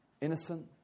innocent